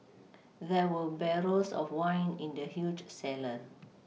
there were barrels of wine in the huge cellar